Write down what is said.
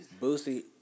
Boosie